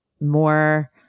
more